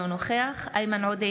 אינו נוכח איימן עודה,